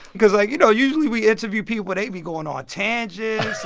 because, like, you know, usually we interview people, they be going on tangents,